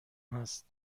هست